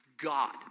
God